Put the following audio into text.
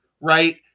right